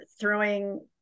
throwing